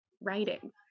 writing